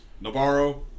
Navarro